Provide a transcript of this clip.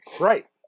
Right